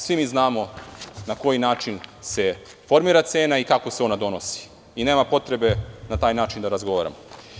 Svi mi znamo na koji način se formira cena i kako se ona donosi, tako da nema potrebe na taj način da razgovaramo.